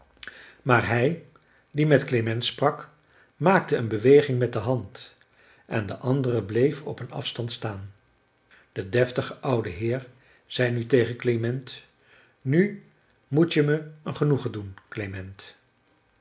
maar hij die met klement sprak maakte een beweging met de hand en de andere bleef op een afstand staan de deftige oude heer zei nu tegen klement nu moet je me een genoegen doen klement